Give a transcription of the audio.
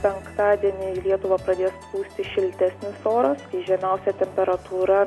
penktadienį į lietuvą pradės pūsti šiltesnis oras žemiausia temperatūra